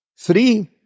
three